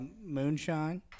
moonshine